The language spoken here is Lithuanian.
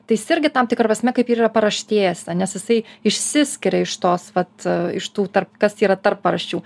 tai irgi tam tikra prasme kaip ir yra paraštėse nes jisai išsiskiria iš tos vat iš tų tarp kas yra tarp paraščių